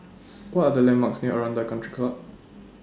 What Are The landmarks near Aranda Country Club